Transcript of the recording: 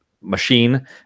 machine